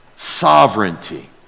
sovereignty